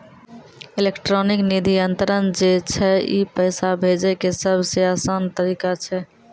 electronic निधि अन्तरन जे छै ई पैसा भेजै के सभ से असान तरिका छै